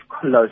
close